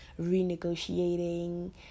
renegotiating